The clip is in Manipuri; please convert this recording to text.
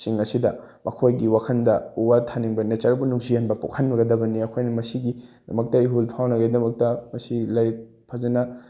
ꯁꯤꯡ ꯑꯁꯤꯗ ꯃꯈꯣꯏꯒꯤ ꯋꯥꯈꯟꯗ ꯎ ꯋꯥ ꯊꯥꯅꯤꯡꯕ ꯅꯦꯆꯔꯕꯨ ꯅꯨꯡꯁꯤꯍꯟꯕ ꯄꯣꯛꯍꯟꯒꯗꯕꯅꯤ ꯑꯩꯈꯣꯏꯅ ꯃꯁꯤꯒꯤ ꯗꯃꯛꯇ ꯏꯍꯨꯜ ꯐꯥꯎꯅꯕꯒꯤꯗꯃꯛꯇ ꯃꯁꯤ ꯂꯥꯏꯔꯤꯛ ꯐꯖꯅ